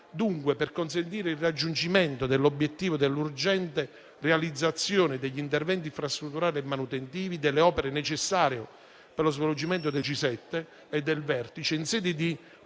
Dunque, per consentire il raggiungimento dell'obiettivo dell'urgente realizzazione degli interventi infrastrutturali e manutentivi delle opere necessarie per lo svolgimento del G7 e del Vertice, in sede di